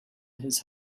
his